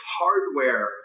hardware